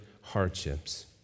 hardships